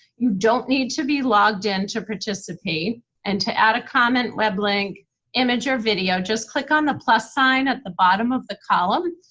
you don't need to be logged in to participate and to add a comment, web link image or video just click on the plus sign at the bottom of the column.